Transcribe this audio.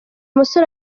musore